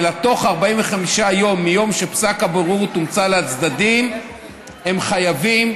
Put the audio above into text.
אלא תוך 45 יום מיום שפסק הבוררות הומצא לצדדים הם חייבים,